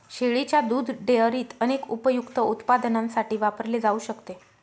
शेळीच्या दुध डेअरीत अनेक उपयुक्त उत्पादनांसाठी वापरले जाऊ शकते